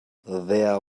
their